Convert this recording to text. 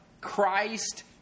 Christ